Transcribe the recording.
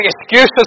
excuses